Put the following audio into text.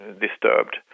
disturbed